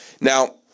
Now